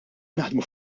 naħdmu